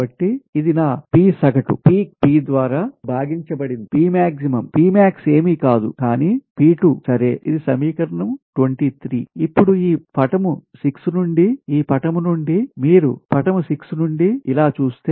కాబట్టి ఇది నా P సగటు పీక్ P ద్వారా భాగింపబడింది P max P max ఏమీ కాదు కానీ P2 సరే ఇది సమీకరణం 23 ఇప్పుడు ఈ పటం 6 నుండి ఈ పటం నుండి మీరు ఫిగర్ 6 నుండి ఇలా చూస్తే మీ